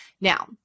Now